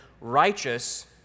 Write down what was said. righteous